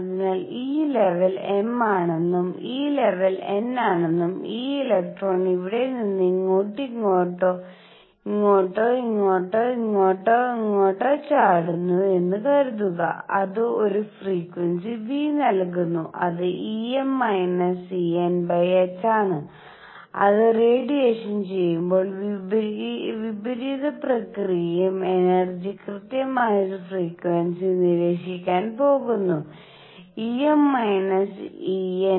അതിനാൽ ഈ level m ആണെന്നും ഈ ലെവൽ n ആണെന്നും ഈ ഇലക്ട്രോൺ ഇവിടെ നിന്ന് ഇങ്ങോട്ടോ ഇങ്ങോട്ടോ ഇങ്ങോട്ടോ ഇങ്ങോട്ടോ ഇങ്ങോട്ടോ ഇങ്ങോട്ടോ ചാടുന്നു എന്ന് കരുതുക അത് ഒരു ഫ്രീക്വൻസി ν നൽകുന്നു അത് h ആണ് അത് റേഡിയേഷൻ ചെയ്യുമ്പോൾ വിപരീത പ്രക്രിയയും എനർജി കൃത്യമായി ഒരേ ഫ്രീക്വൻസി നിരീക്ഷിക്കാൻ പോകുന്നു Em− Enh